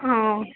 ஆ